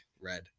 red